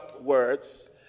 words